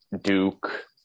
Duke